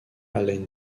allen